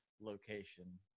location